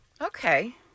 Okay